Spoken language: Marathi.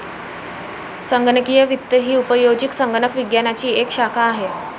संगणकीय वित्त ही उपयोजित संगणक विज्ञानाची एक शाखा आहे